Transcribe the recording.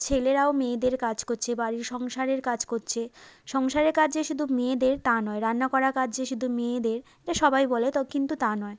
ছেলেরাও মেয়েদের কাজ করছে বাড়ির সংসারের কাজ করছে সংসারের কাজ যে শুধু মেয়েদের তা নয় রান্না করা কাজ যে শুধু মেয়েদের এটা সবাই বলে তো কিন্তু তা নয়